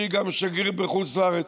שהיא גם שגריר בחוץ לארץ,